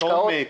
בדיקות עומק.